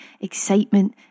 excitement